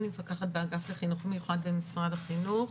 אני מפקחת באגף לחינוך המיוחד במשרד החינוך.